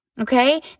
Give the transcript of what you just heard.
Okay